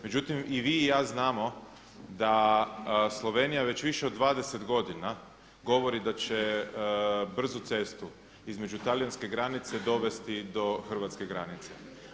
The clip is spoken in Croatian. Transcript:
Međutim i vi i ja znamo da Slovenija već više od 20 godina govorio da će brzu cestu između talijanske granice dovesti do hrvatske granice.